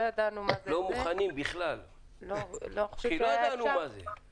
לא מוכנים בכלל כי לא ידענו מה זה.